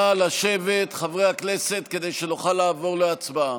נא לשבת, חברי הכנסת, כדי שנוכל לעבור להצבעה.